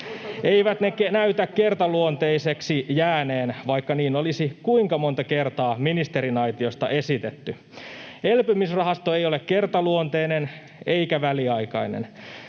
Eivät ne näytä kertaluonteisiksi jääneen, vaikka niin olisi kuinka monta kertaa ministerinaitiosta esitetty. Elpymisrahasto ei ole kertaluonteinen eikä väliaikainen.